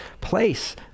place